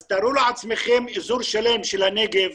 אז תארו לעצמכם אזור שלם של הנגב